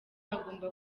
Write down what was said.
agomba